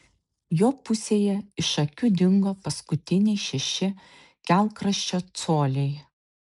jo pusėje iš akių dingo paskutiniai šeši kelkraščio coliai